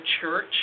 church